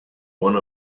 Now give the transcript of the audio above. one